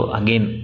again